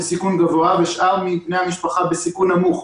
בסיכון גבוה ושאר בני המשפחה בסיכון נמוך,